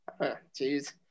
Jeez